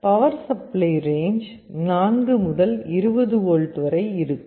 power supply range 4 முதல் 20 volt வரை இருக்கும்